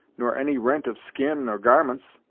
nor any rent of skin or garments?